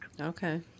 Okay